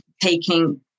taking